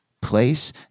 place